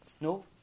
No